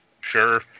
Sure